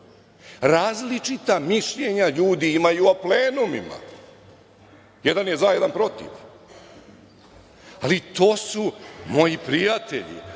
Različita mišljenja ljudi imaju o plenumima, jedan je za, jedan je protiv, ali to su moji prijatelji,